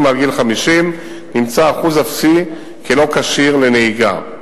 מעל גיל 50 נמצא אחוז אפסי כלא-כשיר לנהיגה.